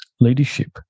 leadership